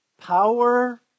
Power